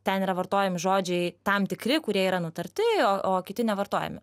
ten yra vartojami žodžiai tam tikri kurie yra nutarti o o kiti nevartojami